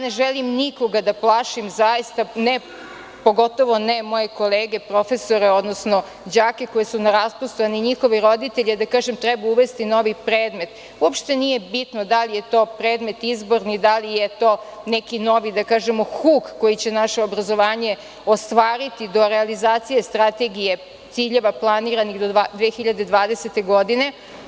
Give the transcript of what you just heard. Ne želim nikoga da plašim, pogotovo ne moje kolege profesore, odnosno đake koji su na raspustu, a ni njihove roditelje, da kažem, treba uvesti novi predmet, uopšte nije bitno da li je to predmet izborni, da li je to neki novi, da kažemo huk da koji će naše obrazovanje ostvariti do realizacije strategije ciljeva planiranih do 2020. godine.